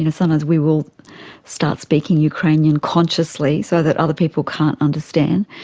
you know sometimes we will start speaking ukrainian consciously so that other people can't understand.